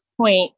point